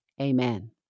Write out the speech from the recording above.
Amen